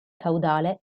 caudale